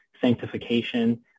sanctification